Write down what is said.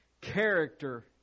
character